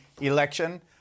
election